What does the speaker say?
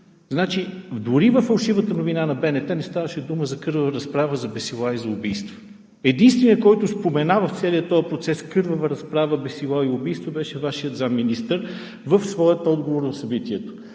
Дори и във фалшивата новина на БНТ не ставаше дума за кървава разправа, за бесила и за убийства. Единственият, който спомена в целия този процес кървава разправа, бесила и убийства, беше Вашият заместник-министър в своя отговор на събитията.